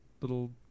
little